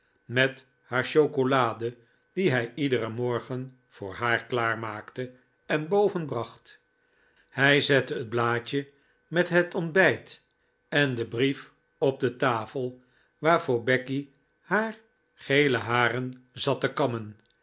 met haar chocolade die hij iederen morgen voor haar klaarmaakte en boven bracht hij zette het blaadje met het ontbijt en den brief op de tafel waarvoor becky haar gele haren zat te kammen